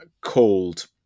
called